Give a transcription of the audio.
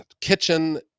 kitchen